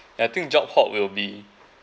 I think job hop will be